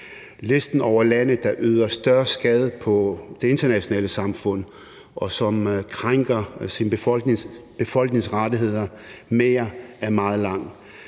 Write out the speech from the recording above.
Listen over lande, der gør større skade på det internationale samfund, og som krænker sin befolknings rettigheder mere, er meget lang,